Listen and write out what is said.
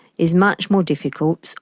is much more difficult,